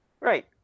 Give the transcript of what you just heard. Right